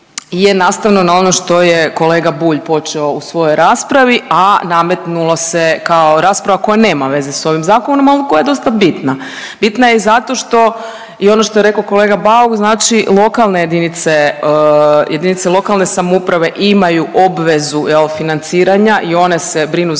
je nastavno na ono što je kolega Bulj počeo u svojoj raspravi, a nametnulo se kao rasprava koja nema veze s ovim zakonom, ali koja je dosta bitna. Bitna je zato što i ono što je rekao kolega Bauk znači lokalne jedinice, jedinice lokalne samouprave imaju obvezu jel financiranja i one se brinu za